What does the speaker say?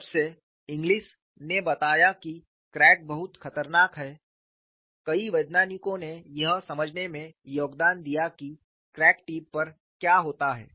जब से इंग्लिस ने बताया कि क्रैक बहुत खतरनाक हैं कई वैज्ञानिकों ने यह समझने में योगदान दिया है कि क्रैक टिप पर क्या होता है